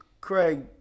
Craig